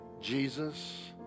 Jesus